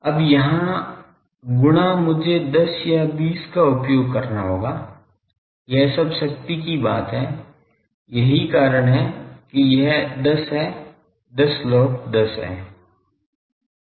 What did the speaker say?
अब यहाँ गुणा मुझे 10 या 20 का उपयोग करना होगा यह सब शक्ति की बात है यही कारण है कि यह 10 है 10 लॉग 10 है